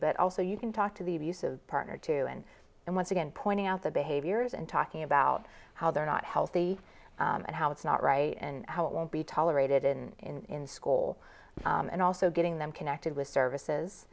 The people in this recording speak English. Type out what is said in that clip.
but also you can talk to the abusive partner too and and once again point out the behaviors and talking about how they're not healthy and how it's not right and how it won't be tolerated in school and also getting them connected with services